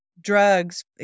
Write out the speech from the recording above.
Drugs